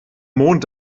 mond